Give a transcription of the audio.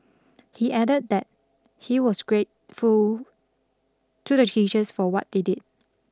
he added that he was grateful to the teachers for what they did